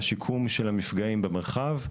השיקום של המפגעים במרחב,